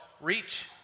reach